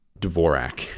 Dvorak